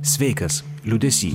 sveikas liūdesy